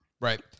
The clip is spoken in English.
Right